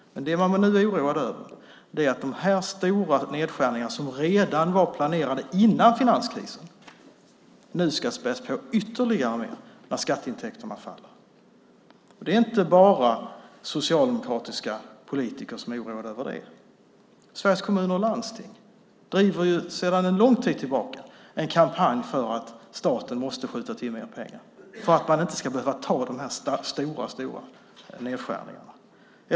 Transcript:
Men nu är man oroad över att de stora nedskärningar som var planerade redan före finanskrisen ska spädas på ytterligare när skatteintäkterna minskar. Det är inte bara socialdemokratiska politiker som är oroade. Sveriges Kommuner och Landsting driver sedan lång tid tillbaka en kampanj för att staten måste skjuta till mer pengar så att man inte ska behöva göra dessa stora nedskärningar.